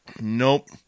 Nope